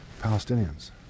Palestinians